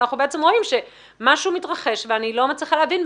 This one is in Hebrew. אנחנו בעצם רואים שמשהו מתרחש ואני לא מצליחה להבין,